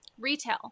Retail